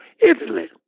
Italy